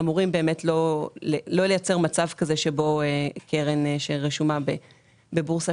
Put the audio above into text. אמורים לא לייצר מצב כזה שבו קרן שרשומה בבורסה